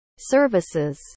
services